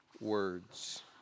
words